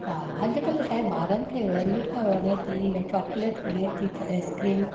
हा अॼुकल्ह छा आहे ॿारनि खे वेनिला वणे थी या चॉकलेट वणे थी त आइस्क्रीम